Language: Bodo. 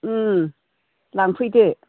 लांफैदो